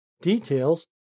Details